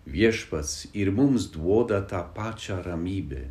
viešpats ir mums duoda tą pačią ramybę